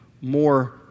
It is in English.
more